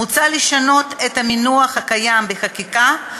מוצע לשנות את המינוח הקיים בחקיקה,